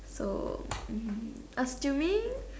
so um as to me